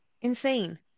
insane